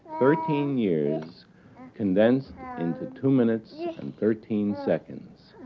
thirteen years condensed into two minutes yeah and thirteen seconds.